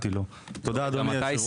תודה, אדוני היושב-ראש.